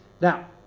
Now